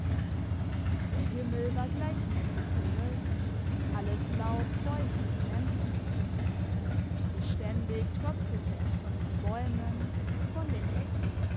der himmel war gleichmässig bewölkt alles laub feucht und glänzend beständig tröpfelte es von den bäumen von den hecken